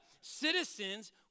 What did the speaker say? citizens